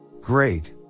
great